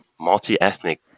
multi-ethnic